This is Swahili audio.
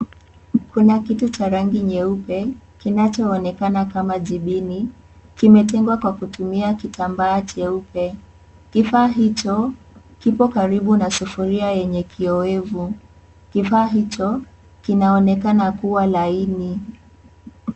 Kuna kitu cha rangi nyeupe kinachoonekana kama jipini. Kimetengwa kwa kutumia kitambaa jeupe. Kifaa hicho kipo karibu na sufuria yenye kiowevu. Kifaa hicho kinaonekana kuwa laini.